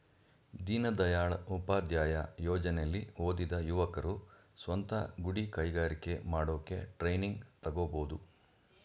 ದೀನದಯಾಳ್ ಉಪಾಧ್ಯಾಯ ಯೋಜನೆಲಿ ಓದಿದ ಯುವಕರು ಸ್ವಂತ ಗುಡಿ ಕೈಗಾರಿಕೆ ಮಾಡೋಕೆ ಟ್ರೈನಿಂಗ್ ತಗೋಬೋದು